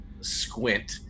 squint